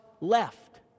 left